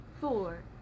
four